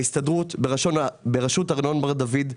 ההסתדרות בראשות ארנון בר-דוד,